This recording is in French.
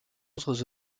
autres